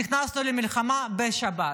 נכנסנו למלחמה בשבת.